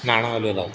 नाणावलेला होता